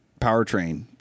powertrain